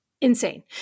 insane